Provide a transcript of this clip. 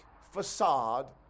facade